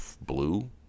Blue